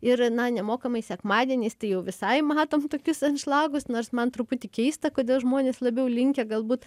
ir na nemokamai sekmadieniais tai jau visai matom tokius anšlagus nors man truputį keista kodėl žmonės labiau linkę galbūt